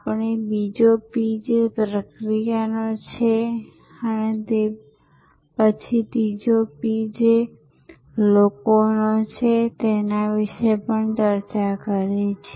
આપણે બીજો P જે પ્રક્રિયા નો છે અને પછી ત્રીજો P જે લોકો નો છે તેના વિષે પણ ચર્ચા કરી છે